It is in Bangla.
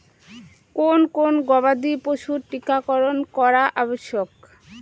কোন কোন গবাদি পশুর টীকা করন করা আবশ্যক?